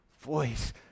voice